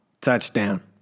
touchdown